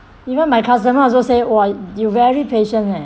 even my customer also say !wah! you very patient leh